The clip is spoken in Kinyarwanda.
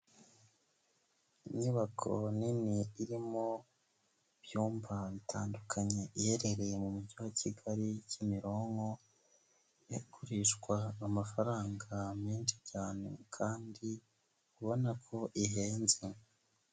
Inyubako nini irimo ibyumba bitandukanye, iherereye mu Mujyi wa Kigali, Kimironko, igurishwa amafaranga menshi cyane kandi ubona ko ihenze.